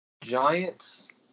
Giants